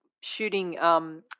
shooting –